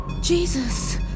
Jesus